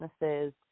businesses